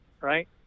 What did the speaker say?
right